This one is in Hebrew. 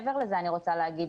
דבר נוסף שאני מנסה לקדם